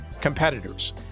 competitors